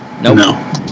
No